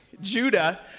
Judah